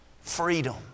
freedom